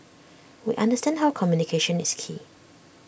we understand how communication is key